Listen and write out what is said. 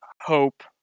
hope